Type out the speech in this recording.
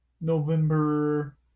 November